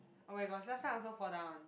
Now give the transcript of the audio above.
oh-my-gosh last time I also fall down